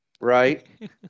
right